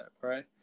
Right